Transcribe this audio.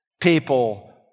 people